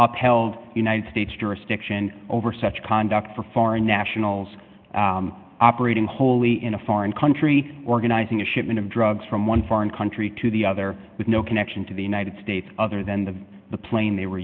upheld united states jurisdiction over such conduct for foreign nationals operating wholly in a foreign country organizing a shipment of drugs from one foreign country to the other with no connection to the united states other than the the plane they were